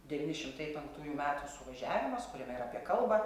devyni šimtai penktųjų metų suvažiavimas kuriame ir apie kalbą